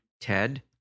Ted